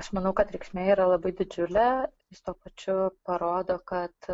aš manau kad reikšmė yra labai didžiulė jis tuo pačiu parodo kad